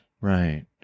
Right